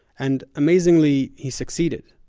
and amazingly, he succeeded!